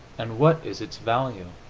and what is its value?